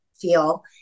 feel